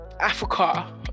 Africa